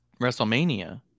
WrestleMania